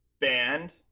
band